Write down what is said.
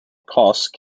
cost